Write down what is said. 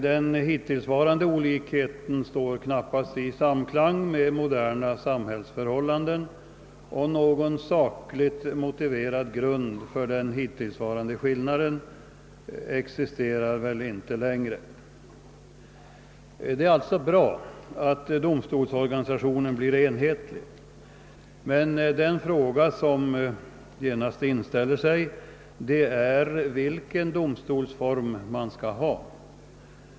Den hittillsvarande olikheten står knappast i samklang med moderna samhällsförhållanden, och någon saklig grund för den existerar väl inte längre. Det är alltså bra att domstolsorganisationen blir enhetlig, men den fråga som genast inställer sig är vilken domstolsform man skall ha.